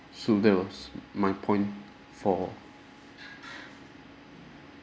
so that was my point for